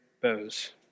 bows